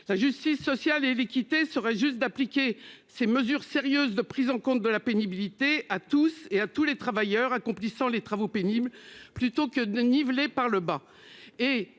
La justice sociale et l'équité voudraient que l'on applique ces mesures sérieuses de prise en compte de la pénibilité à tous les travailleurs accomplissant des travaux pénibles, plutôt que de niveler par le bas,